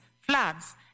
floods